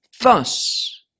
thus